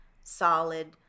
solid